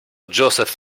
joseph